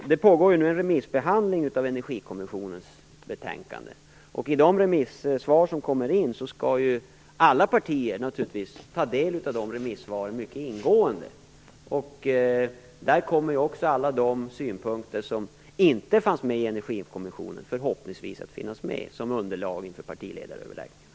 Det pågår ju nu en remissbehandling av Energikommissionens betänkande. Alla partier skall naturligtvis mycket ingående ta del av alla de remissvar som kommer in, och där kommer förhoppningsvis också alla de synpunkter som inte fanns med i Energikommissionens betänkande att finnas med och utgöra underlag inför partiledaröverläggningarna.